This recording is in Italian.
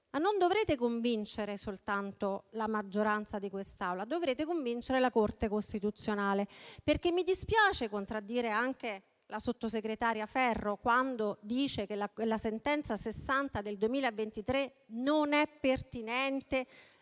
non dovrete convincere soltanto la maggioranza di questa Aula, ma la Corte costituzionale. Mi dispiace contraddire infatti la sottosegretaria Ferro quando dice che la sentenza n. 60 del 2023 non è pertinente